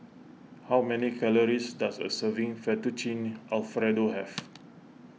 how many calories does a serving Fettuccine Alfredo have